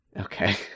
Okay